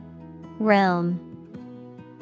Realm